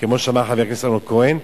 כמו שאמר חבר הכנסת אמנון כהן,